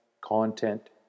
content